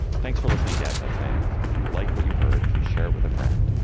thanks for listening. gephardt's hands. if you'd like what you heard, please share it with a friend.